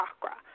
chakra